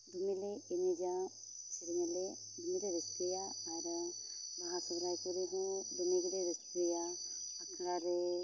ᱫᱚᱢᱮ ᱞᱮ ᱮᱱᱮᱡᱟ ᱥᱮᱨᱮᱧᱟ ᱞᱮ ᱫᱚᱢᱮ ᱞᱮ ᱨᱟᱹᱥᱠᱟᱹᱭᱟ ᱟᱨ ᱵᱟᱦᱟ ᱥᱚᱦᱨᱟᱭ ᱠᱚᱨᱮᱜ ᱦᱚᱸ ᱫᱚᱢᱮ ᱜᱮᱞᱮ ᱨᱟᱹᱥᱠᱟᱹᱭᱟ ᱟᱠᱷᱲᱟ ᱨᱮ